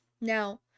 Now